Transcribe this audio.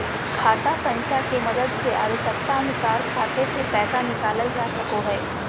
खाता संख्या के मदद से आवश्यकता अनुसार खाते से पैसा निकालल जा सको हय